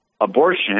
Abortion